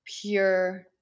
pure